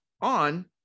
on